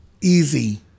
easy